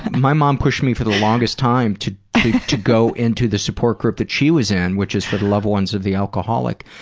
my mom pushed me for the longest time to to go into the support group that she was in, which was for the loved ones of the alcoholic.